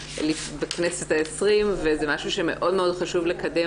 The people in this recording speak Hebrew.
בכנסת ה-20 וזה משהו שמאוד מאוד חשוב לקדם,